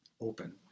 open